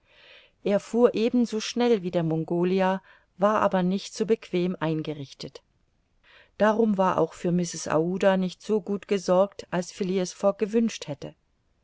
er fuhr ebenso schnell wie der mongolia war aber nicht so bequem eingerichtet darum war auch für mrs aouda nicht so gut gesorgt als phileas fogg gewünscht hätte